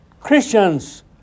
Christians